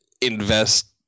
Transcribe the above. invest